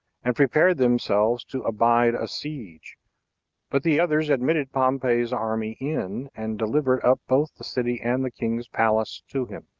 and prepared themselves to abide a siege but the others admitted pompey's army in, and delivered up both the city and the king's palace to him.